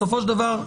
בסופו של דבר,